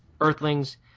Earthlings